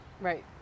Right